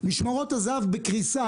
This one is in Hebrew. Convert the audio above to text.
משמרות הזה"ב בקריסה,